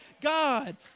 God